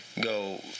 Go